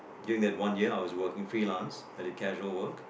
during that one year I was working freelance at the casual work